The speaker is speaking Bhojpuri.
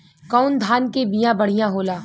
कौन धान के बिया बढ़ियां होला?